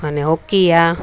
अने हॉकी आहे